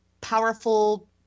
powerful